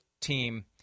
team